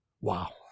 wow